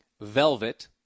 velvet